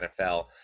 NFL